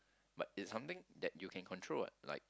but it's something that you can control what like